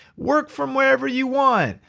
work from wherever you want.